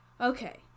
Okay